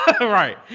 right